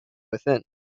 within